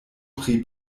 pri